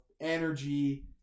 energy